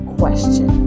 question